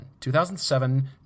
2007